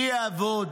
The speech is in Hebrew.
מי יעבוד?